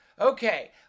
Okay